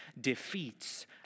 defeats